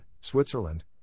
Switzerland